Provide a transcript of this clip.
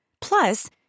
Plus